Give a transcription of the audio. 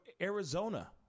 Arizona